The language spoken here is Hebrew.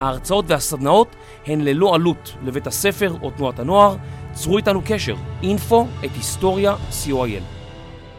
ההרצאות והסדנאות הן ללא עלות לבית הספר או תנועת הנוער, צרו איתנו איתנו קשר info@historiya.co.il